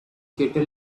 kettle